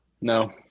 No